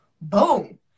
Boom